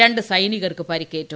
ര ് സൈനികർക്ക് പരിക്കേറ്റു